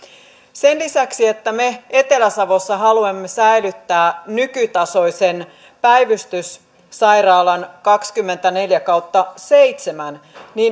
sen lisäksi että me etelä savossa haluamme säilyttää nykytasoisen päivystyssairaalan kaksikymmentäneljä kautta seitsemän